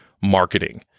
marketing